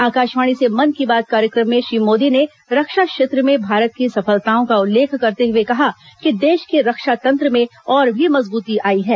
आकाशवाणी से मन की बात कार्यक्रम में श्री मोदी ने रक्षा क्षेत्र में भारत की सफलताओं का उल्लेख करते हुए कहा कि देश के रक्षा तंत्र में और भी मजबूती आई है